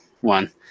one